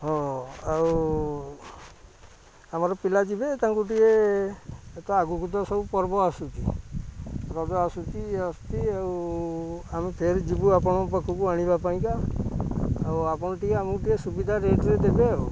ହଁ ଆଉ ଆମର ପିଲା ଯିବେ ତାଙ୍କୁ ଟିକେ ଏ ତ ଆଗକୁ ତ ସବୁ ପର୍ବ ଆସୁଛି ରଜ ଆସୁଛି ଇଏ ଆସୁଛି ଆଉ ଆମେ ଫେରେ ଯିବୁ ଆପଣଙ୍କ ପାଖକୁ ଆଣିବା ପାଇଁ ଆଉ ଆପଣ ଟିକେ ଆମକୁ ଟିକେ ସୁବିଧା ରେଟ୍ରେ ଦେବେ ଆଉ